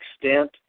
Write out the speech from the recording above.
extent